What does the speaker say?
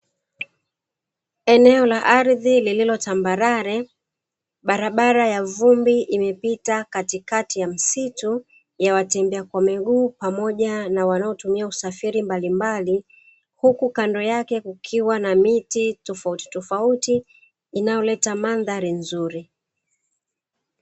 Eneo la ardhi lililo tambarare, barabara ya vumbi imepita katikati ya msitu ya watembea kwa miguu pamoja na wanaotumia usafiri mbalimbali. Huku kando yake kukiwa na miti tofautitofauti, inayoleta mandhari nzuri.